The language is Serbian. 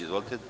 Izvolite.